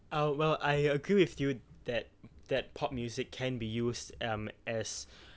uh well I agree with you that that pop music can be used um as